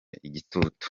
igitutu